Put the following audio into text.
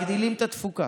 התפוקה.